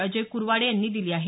अजय कुरवाडे यांनी दिली आहे